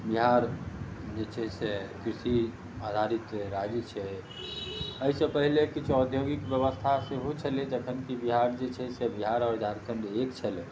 बिहार जे छै से कृषि आधारित राज्य छै एहि से पहले किछु औद्योगिक व्यवस्था सेहो छलै जखन कि बिहार जे छै से बिहार आओर झारखण्ड एक छलै